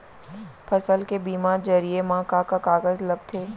फसल के बीमा जरिए मा का का कागज लगथे?